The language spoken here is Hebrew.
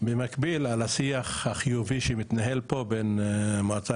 במקביל על השיח החיובי שמתנהל פה בין המועצה